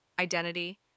identity